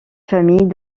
famille